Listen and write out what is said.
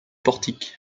portique